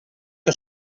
que